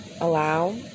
allow